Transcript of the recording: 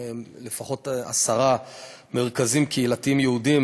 לפחות עשרה מרכזים קהילתיים יהודיים